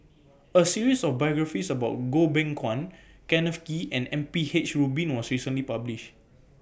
A series of biographies about Goh Beng Kwan Kenneth Kee and M P H Rubin was recently published